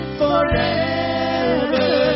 forever